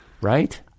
Right